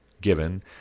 given